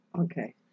Okay